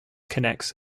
connects